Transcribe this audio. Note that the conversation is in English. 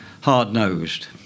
hard-nosed